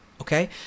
okay